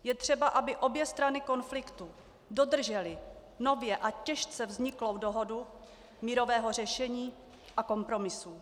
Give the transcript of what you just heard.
Je třeba, aby obě strany konfliktu dodržely nově a těžce vzniklou dohodu mírového řešení a kompromisů.